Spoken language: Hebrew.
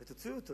ותוציא אותו.